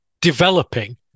developing